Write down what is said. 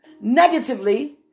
negatively